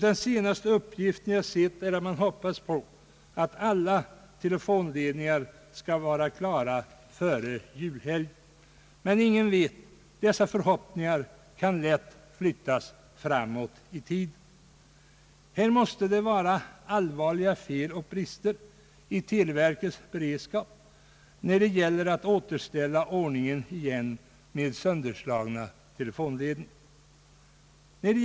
Den senaste uppgift jag sett är att man hoppas att alla telefonledningar skall vara klara före julhelgen. Men ingen vet. Dessa förhoppningar kan lätt flyttas framåt i tiden. Det måste vara allvarliga fel och brister i televerkets beredskap när det gäller att återställa ordningen igen sedan man fått telefonledningar sönderslagna.